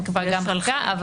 אבל